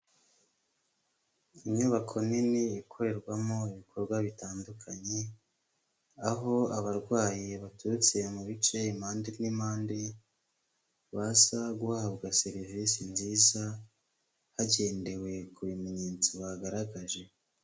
Inyubako nini ikorerwamo ibikorwa bitandukanye, aho abarwayi baturutse mu bice impande n'impande, baza guhabwa serivisi nziza hagendewe ku bimenyetso bagaragaje.